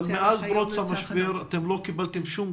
אבל מאז פרוץ המשבר לא קיבלתם אף